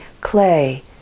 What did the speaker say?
clay